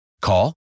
Call